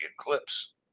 Eclipse